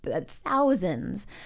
thousands